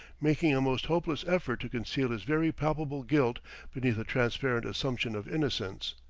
making a most hopeless effort to conceal his very palpable guilt beneath a transparent assumption of innocence.